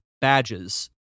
badges